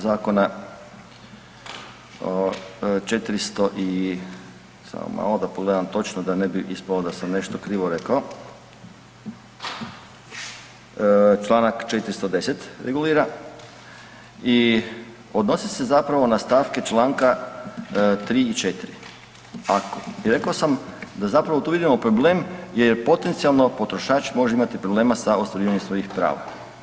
Zakona 400 i, samo malo, da pogledam točno, da ne bi ispalo da sam nešto krivo rekao, čl. 410 regulira i odnosi se zapravo na stavke čl. 3 i 4, ako, i rekao sam da zapravo tu vidimo problem jer je potencijalno potrošač može imati problema sa ostvarivanjem svojih prava.